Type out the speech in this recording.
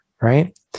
right